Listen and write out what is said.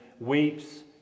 weeps